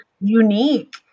unique